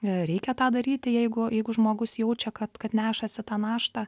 reikia tą daryti jeigu jeigu žmogus jaučia kad kad nešasi tą naštą